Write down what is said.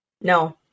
no